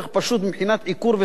עיקור וסירוס,